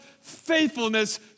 faithfulness